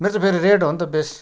मेरो चाहिँ फेरि रेड हो नि त बेस्ट